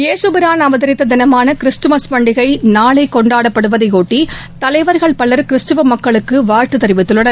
ஏகபிரான் அவதரித்த தினமான கிறிஸ்துமஸ் பண்டிகை நாளை கொண்டாடப்படுவதையொட்டி தலைவர்கள் பலர் கிறிஸ்துவ மக்களுக்கு வாழ்த்து தெரிவித்துள்ளனர்